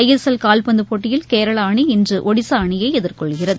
ISL கால்பந்து போட்டியில் கேரளா அணி இன்று ஒடிசா அணியை எதிர்கொள்கிறது